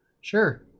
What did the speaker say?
sure